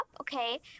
okay